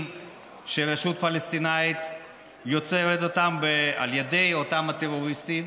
שהרשות הפלסטינית יוצרת על ידי אותם טרוריסטים,